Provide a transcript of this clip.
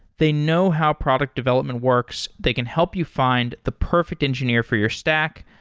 they know how product development works. they can help you find the perfect engineer for your stack,